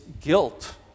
guilt